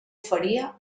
faria